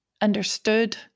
understood